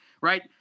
Right